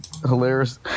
hilarious